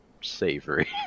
savory